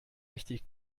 richtig